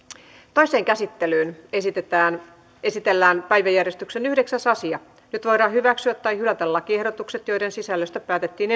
toiseen käsittelyyn esitellään päiväjärjestyksen yhdeksäs asia nyt voidaan hyväksyä tai hylätä lakiehdotukset joiden sisällöstä päätettiin